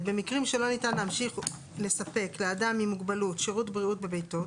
(ד)במקרים שלא ניתן להמשיך לספק לאדם עם מוגבלות שירות בריאות בביתו,